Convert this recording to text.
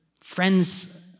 friends